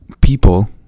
people